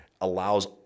allows